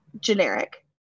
generic